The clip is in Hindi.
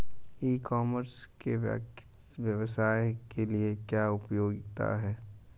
ई कॉमर्स के व्यवसाय के लिए क्या उपयोगिता है?